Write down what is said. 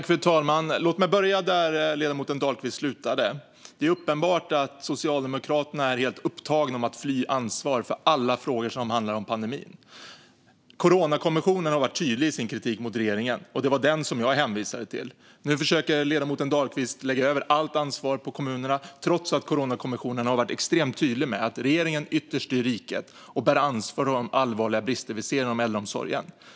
Fru talman! Låt mig börja där ledamoten Dahlqvist slutade. Det är uppenbart att Socialdemokraterna är helt upptagna av att fly undan ansvar för alla frågor som handlar om pandemin. Coronakommissionen har varit tydlig i sin kritik mot regeringen, och det var den som jag hänvisade till. Nu försöker ledamoten Dahlqvist lägga över allt ansvar på kommunerna, trots att Coronakommissionen har varit extremt tydlig med att det ytterst är regeringen som styr riket och som bär ansvar för de allvarliga brister vi ser inom äldreomsorgen.